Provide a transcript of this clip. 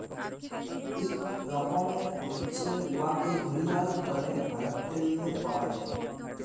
ইক রকমের হছে উয়াকে ঘড়িয়াল ব্যলে ভারতেল্লে পাউয়া যায়